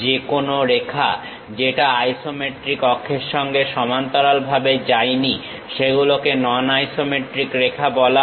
যে কোন রেখা যেটা আইসোমেট্রিক অক্ষের সঙ্গে সমান্তরালভাবে যায়নি সেগুলোকে নন আইসোমেট্রিক রেখা বলা হয়